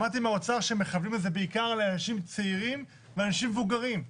שמעתי מהאוצר שמכוונים את זה בעיקר לאנשים צעירים ואנשים מבוגרים.